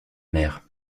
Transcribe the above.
mer